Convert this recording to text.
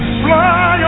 fly